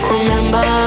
Remember